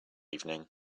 evening